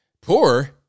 Poor